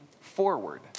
forward